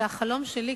שהחלום שלי,